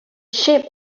shape